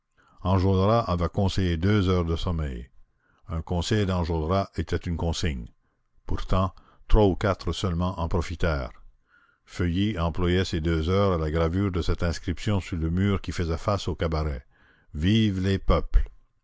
enjolras avait conseillé deux heures de sommeil un conseil d'enjolras était une consigne pourtant trois ou quatre seulement en profitèrent feuilly employa ces deux heures à la gravure de cette inscription sur le mur qui faisait face au cabaret vivent les peuples